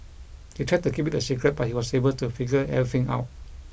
they tried to keep it a secret but he was able to figure everything out